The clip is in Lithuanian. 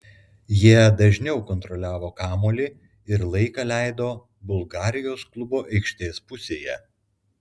jie dažniau kontroliavo kamuolį ir laiką leido bulgarijos klubo aikštės pusėje